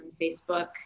Facebook